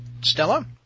Stella